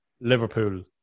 Liverpool